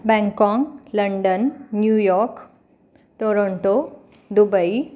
Bangkok London New York Toronto Dubai